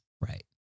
Right